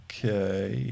Okay